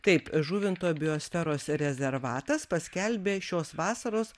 taip žuvinto biosferos rezervatas paskelbė šios vasaros